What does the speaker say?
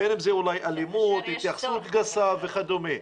בין אם זה אלימות, התייחסות גסה וכדומה,